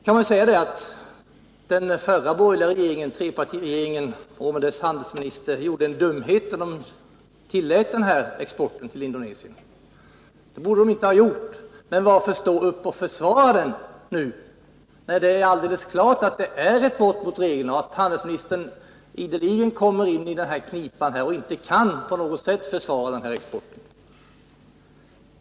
Man kan säga att den förra borgerliga trepartiregeringen och dess handelsminister gjorde en dumhet när den tillät den här exporten till Indonesien. Det borde man inte ha gjort. Men varför då stå upp och försvara denna export när det är alldeles klart att den utgör ett brott mot reglerna? Handelsministern kommer ideligen i en knipa och kan inte på något sätt försvara denna export.